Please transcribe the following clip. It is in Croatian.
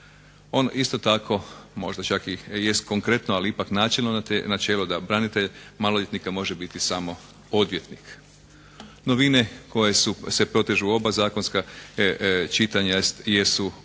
Isto tako, možda čak i jest konkretno, ali ipak načelno načelo da branitelj maloljetnika može biti samo odvjetnik. Novine koje se protežu u oba zakonska čitanja jesu